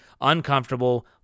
uncomfortable